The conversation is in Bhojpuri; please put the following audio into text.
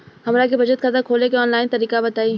हमरा के बचत खाता खोले के आन लाइन तरीका बताईं?